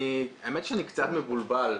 האמת שאני קצת מבולבל,